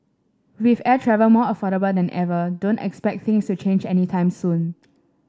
with air travel more affordable than ever don't expect things to change any time soon